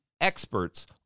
experts